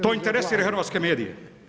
To interesira hrvatske medije.